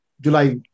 July